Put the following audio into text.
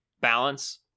balance